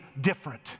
different